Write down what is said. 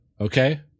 okay